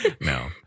no